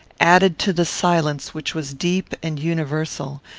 added to the silence which was deep and universal,